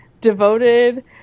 devoted